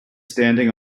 standing